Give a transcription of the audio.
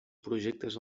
projectes